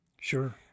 Sure